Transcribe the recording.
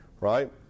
right